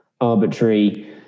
arbitrary